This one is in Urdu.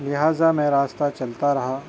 لہذا میں راستہ چلتا رہا